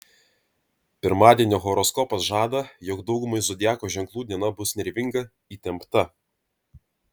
pirmadienio horoskopas žada jog daugumai zodiakų ženklų diena bus nervinga įtempta